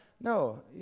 No